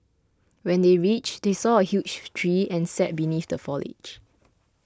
when they reached they saw a huge tree and sat beneath the foliage